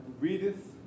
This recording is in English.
readeth